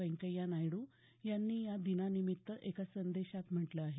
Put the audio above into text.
वेंकय्या नायडू यांनी या दिनानिमित्त एका संदेशात म्हटलं आहे